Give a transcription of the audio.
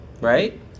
Right